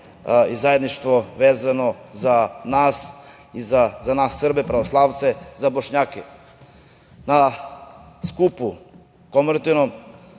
i zajedništvo vezano za nas Srbe, pravoslavce i za Bošnjake. Na skupu komemorativnom